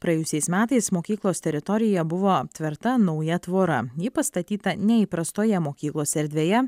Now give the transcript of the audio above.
praėjusiais metais mokyklos teritorija buvo aptverta nauja tvora ji pastatyta ne įprastoje mokyklos erdvėje